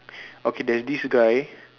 okay there's this guy